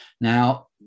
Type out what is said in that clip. now